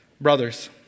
Brothers